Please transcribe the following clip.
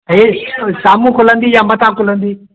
हीअ साम्हूं खुलंदी या मथां खुलंदी